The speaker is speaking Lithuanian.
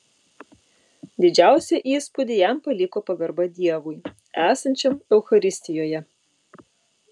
didžiausią įspūdį jam paliko pagarba dievui esančiam eucharistijoje